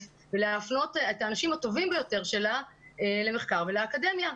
ולהפנות את האנשים הטובים ביותר שלה למחקר ולאקדמיה.